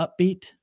upbeat